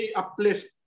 uplift